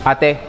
Ate